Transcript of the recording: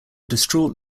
distraught